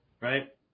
right